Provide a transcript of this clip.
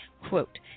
Quote